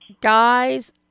Guys